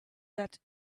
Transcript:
that